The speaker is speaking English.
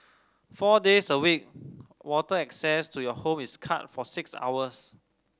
four days a week water access to your home is cut for six hours